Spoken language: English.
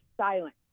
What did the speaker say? silent